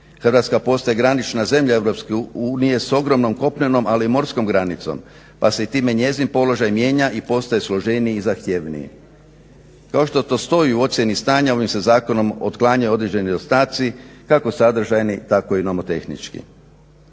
Hrvatska postaje granična zemlja EU s ogromnom kopnenom, ali i morskom granicom pa se i time njezin položaj mijenja i postaje složeniji i zahtjevniji. Kao što to stoji u ocjeni stanja ovim se zakonom otklanjaju određeni nedostaci kako sadržajni tako i nomotehnički.